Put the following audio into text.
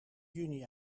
juni